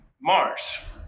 Mars